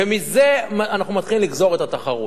ומזה אנחנו מתחילים לגזור את התחרות.